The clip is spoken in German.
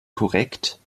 korrekt